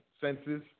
census